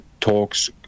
talks